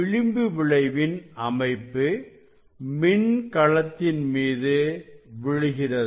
விளிம்பு விளைவின் அமைப்பு மின்கலத்தின் மீது விழுகிறது